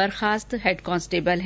बर्खास्त head constable है